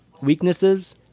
weaknesses